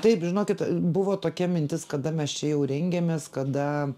kaip žinokit buvo tokia mintis kada mes čia jau rengiamės kada